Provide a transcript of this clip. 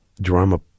drama